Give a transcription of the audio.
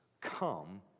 Come